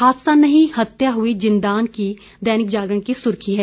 हादसा नहीं हत्या हुई जिन्दान की दैनिक जागरण की सुर्खी है